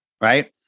right